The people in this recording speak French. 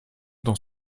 dans